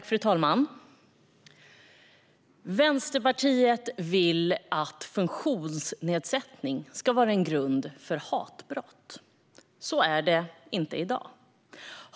Fru talman! Vänsterpartiet vill att funktionsnedsättning ska vara en grund för hatbrott. Så är det inte i dag.